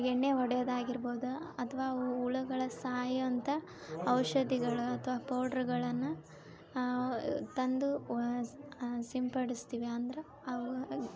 ಎಣ್ಣೆ ಹೊಡಿಯೋದಾಗಿರ್ಬೋದಾ ಅಥವಾ ಹುಳಗಳ ಸಾಯೋಂತ ಔಷಧಿಗಳು ಅಥವಾ ಪೌಡ್ರ್ಗಳನ್ನ ತಂದು ಸಿಂಪಡಿಸ್ತೀವಿ ಅಂದ್ರ ಅವು